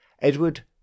Edward